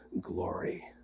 glory